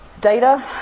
data